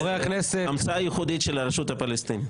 המצאה ייחודית של הרשות הפלסטינית.